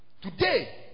Today